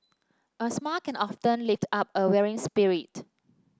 a smile can often lift up a weary spirit